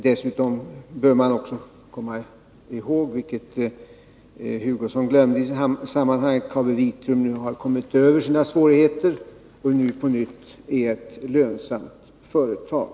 Dessutom bör man komma ihåg — något som Kurt Hugosson inte berörde — att KabiVitrum nu har kommit över sina svårigheter och på nytt är ett lönsamt företag.